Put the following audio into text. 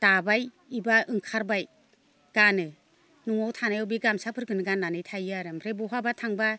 दाबाय एबा ओंखारबाय गानो न'आव थानायाव बे गामसाफोरखौनो गाननानै थायो आरो ओमफ्राय बहाबा थांबा